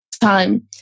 time